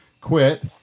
quit